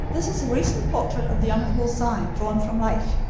this is a recent portrait of the hon. cy drawn from life.